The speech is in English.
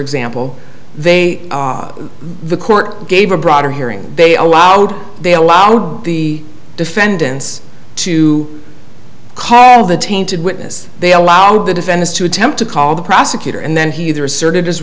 example they the court gave a broader hearing they allowed they allowed the defendants to have the tainted witness they allowed the defense to attempt to call the prosecutor and then he either assert